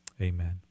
Amen